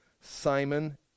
Simon